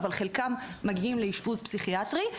אבל חלקם מגיעים לאשפוז פסיכיאטרי.